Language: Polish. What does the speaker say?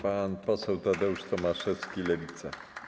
Pan poseł Tadeusz Tomaszewski, Lewica.